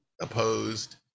opposed